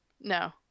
No